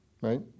right